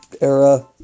era